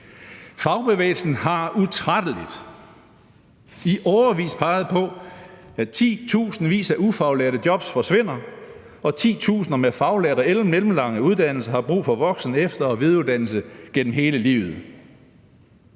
Fagbevægelsen har utrætteligt i årevis peget på, at titusindvis af ufaglærte jobs forsvinder, og at titusinder faglærte eller med mellemlange uddannelser har brug for voksen-, efter- og videreuddannelse gennem hele livet.